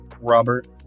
robert